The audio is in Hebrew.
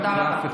תודה רבה.